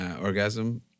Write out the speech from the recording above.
orgasm